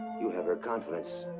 you have her confidence.